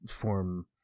form